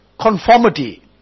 conformity